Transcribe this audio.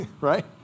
right